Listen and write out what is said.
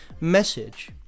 message